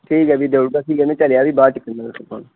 ठीक ऐ फी दऊ उड़गा ठीक ऐ में चलेआ फ्ही बाद च